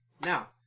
now